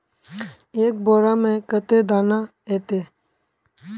एक बोड़ा में कते दाना ऐते?